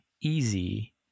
easy